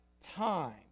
time